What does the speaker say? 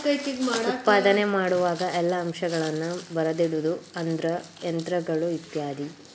ಉತ್ಪಾದನೆ ಮಾಡುವಾಗ ಎಲ್ಲಾ ಅಂಶಗಳನ್ನ ಬರದಿಡುದು ಅಂದ್ರ ಯಂತ್ರಗಳು ಇತ್ಯಾದಿ